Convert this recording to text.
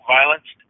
Violence